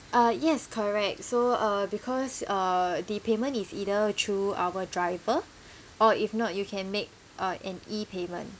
uh yes correct so uh because uh the payment is either through our driver or if not you can make uh an E payment